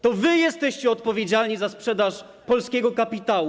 To wy jesteście odpowiedzialni za sprzedaż polskiego kapitału.